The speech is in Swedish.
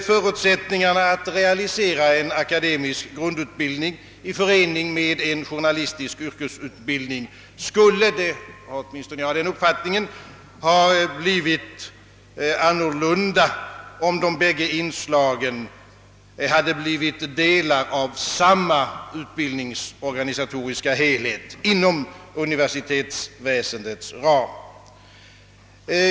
Förutsättningarna att realisera en akademisk grundutbildning i förening med en journalistisk yrkesutbildning skulle — åtminstone har jag den uppfattningen — ha blivit större, om de båda inslagen blivit delar av samma utbildningsorganisatoriska helhet inom universitetsväsendets ram.